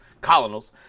colonels